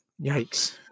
Yikes